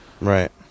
Right